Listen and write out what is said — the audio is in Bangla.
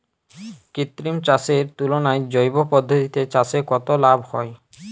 কৃত্রিম চাষের তুলনায় জৈব পদ্ধতিতে চাষে কত লাভ হয়?